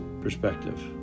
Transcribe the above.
perspective